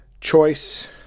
choice